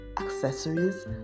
accessories